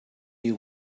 you